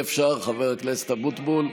אי-אפשר, חבר הכנסת אבוטבול,